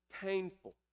painful